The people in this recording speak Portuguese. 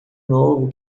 novo